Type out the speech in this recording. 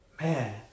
man